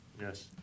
Yes